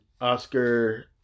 Oscar